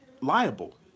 liable